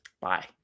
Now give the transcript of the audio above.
Bye